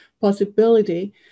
possibility